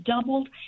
doubled